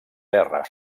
terra